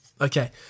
Okay